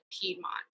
Piedmont